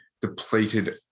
depleted